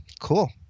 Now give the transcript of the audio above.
cool